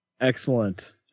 Excellent